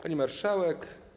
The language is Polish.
Pani Marszałek!